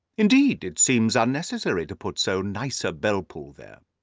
indeed, it seemed unnecessary to put so nice a bell-pull there.